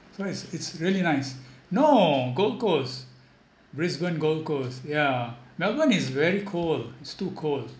so it's it's really nice no gold coast brisbane gold coast yeah melbourne is very cold it's too cold